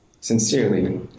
Sincerely